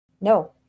No